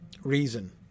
reason